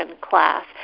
class